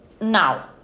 Now